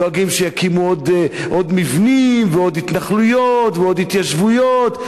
דואגים שיקימו עוד מבנים ועוד התנחלויות ועוד התיישבויות.